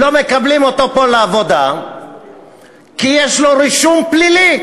לא מקבלים לעבודה פה אם יש לו רישום פלילי,